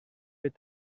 est